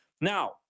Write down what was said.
Now